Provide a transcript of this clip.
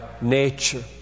nature